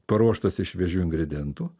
paruoštas iš šviežių ingredientų